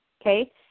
okay